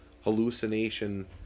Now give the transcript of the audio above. hallucination